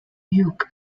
duke